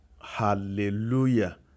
Hallelujah